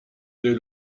dès